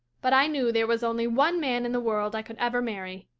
but i knew there was only one man in the world i could ever marry.